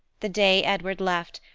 the day edward left,